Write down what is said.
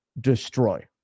destroy